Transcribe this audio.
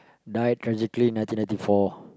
died tragically nineteen ninety four